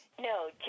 No